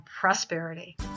prosperity